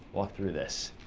walk through this.